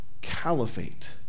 caliphate